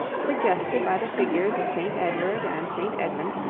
suggested by the figures of st. edward and st. edmund,